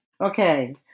Okay